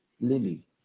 Lily